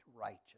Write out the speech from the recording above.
righteous